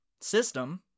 system